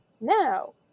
now